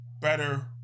better